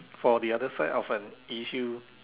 for the other side of an issue